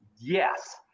Yes